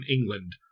England